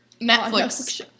Netflix